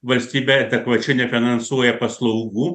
valstybė adekvačiai nefinansuoja paslaugų